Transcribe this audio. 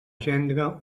gendre